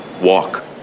walk